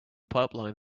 pipeline